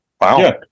wow